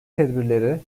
tedbirleri